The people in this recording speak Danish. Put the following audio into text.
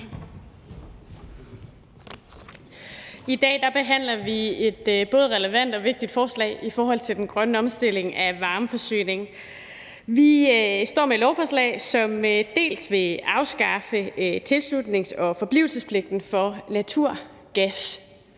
I dag behandler vi et både relevant og vigtigt forslag i forhold til den grønne omstilling af varmeforsyningen. Vi står med et lovforslag, hvor den ene del vil afskaffe tilslutnings- og forblivelsespligten for naturgaskunderne,